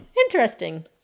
Interesting